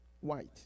white